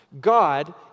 God